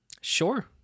sure